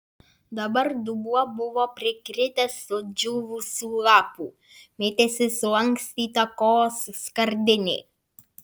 dabar dubuo buvo prikritęs sudžiūvusių lapų mėtėsi sulankstyta kolos skardinė